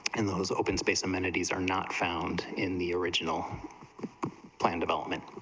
and those open space amenities are not found in the original plan development